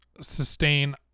sustain